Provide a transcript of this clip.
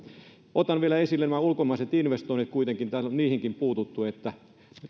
otan vielä esille nämä ulkomaiset investoinnit kuitenkin täällä on niihinkin puututtu